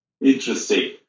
Interesting